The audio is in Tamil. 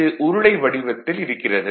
இது உருளை வடிவத்தில் இருக்கிறது